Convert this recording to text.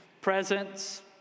presence